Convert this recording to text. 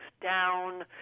down